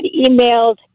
emailed